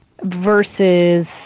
versus